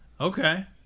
Okay